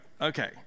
okay